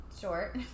short